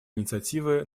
инициативы